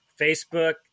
Facebook